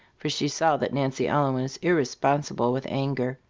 for she saw that nancy ellen was irresponsible with anger.